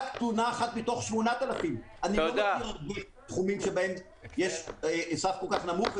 רק תלונה אחת מתוך 8,000. אני לא מכיר תחומים שבהם יש סף כל כך נמוך.